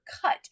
cut